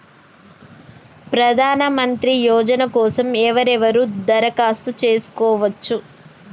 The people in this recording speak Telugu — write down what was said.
ప్రధానమంత్రి యోజన కోసం ఎవరెవరు దరఖాస్తు చేసుకోవచ్చు?